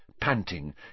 panting